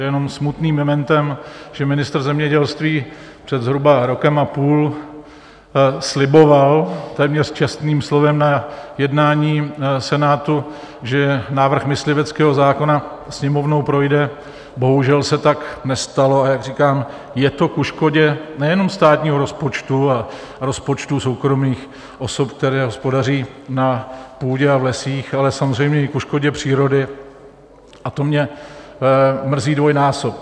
Je jenom smutným mementem, že ministr zemědělství před zhruba rokem a půl sliboval téměř čestným slovem na jednání Senátu, že návrh mysliveckého zákona Sněmovnou projde, bohužel se tak nestalo, a jak říkám, je to ku škodě nejenom státního rozpočtu a rozpočtu soukromých osob, které hospodaří na půdě a v lesích, ale samozřejmě i ku škodě přírody, a to mě mrzí dvojnásob.